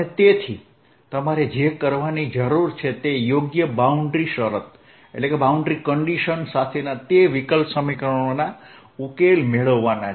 અને તેથી તમારે જે કરવાની જરૂર છે તે યોગ્ય બાઉન્ડ્રી શરત સાથેના તે વિકલ સમીકરણોના ઉકેલ મેળવવાના છે